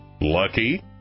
lucky